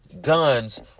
guns